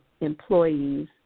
employees